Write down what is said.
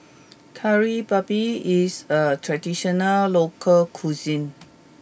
Kari Babi is a traditional local cuisine